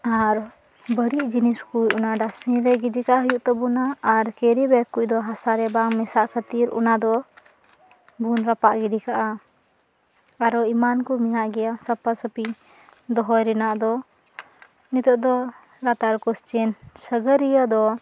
ᱟᱨ ᱵᱟ ᱲᱤᱡ ᱡᱤᱱᱤᱥ ᱠᱩᱡ ᱚᱱᱟ ᱰᱟᱥᱵᱤᱱ ᱨᱮ ᱜᱤᱰᱤᱠᱟᱜ ᱦᱩᱭᱩᱜ ᱛᱟᱵᱩᱱᱟ ᱟᱨ ᱠᱮᱨᱤ ᱵᱮᱜᱽ ᱠᱩᱡ ᱫᱚ ᱦᱟᱥᱟ ᱨᱮ ᱵᱟᱝ ᱢᱮᱥᱟᱜ ᱠᱷᱟᱹᱛᱤᱨ ᱚᱱᱟ ᱫᱚ ᱵᱩᱱ ᱨᱟᱯᱟᱜ ᱜᱤᱰᱤ ᱠᱟᱜᱼᱟ ᱟᱨᱚ ᱮᱢᱟᱱ ᱠᱚ ᱢᱮᱱᱟᱜ ᱜᱮᱭᱟ ᱥᱟᱯᱷᱟ ᱥᱟᱹᱯᱷᱤ ᱫᱚᱦᱚᱭ ᱨᱮᱱᱟᱜ ᱫᱚ ᱱᱤᱛᱳᱜ ᱫᱚ ᱞᱟᱛᱟᱨ ᱠᱩᱥᱪᱮᱱᱥ ᱥᱟᱸᱜᱷᱟᱹᱨᱤᱭᱟᱹ ᱫᱚ